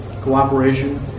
cooperation